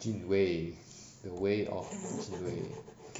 jun wei the way of jun wei